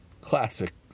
classic